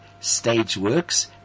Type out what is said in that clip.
Stageworks